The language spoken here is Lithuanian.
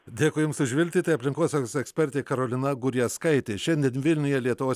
dėkui jums už viltį tai aplinkosaugos ekspertė karolina gurjazkaitė šiandien vilniuje lietuvos